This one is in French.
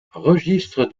registre